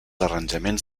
arranjaments